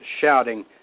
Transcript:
shouting